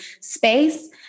space